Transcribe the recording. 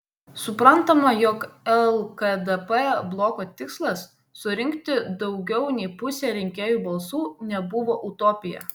suprantama jog lkdp bloko tikslas surinkti daugiau nei pusę rinkėjų balsų nebuvo utopija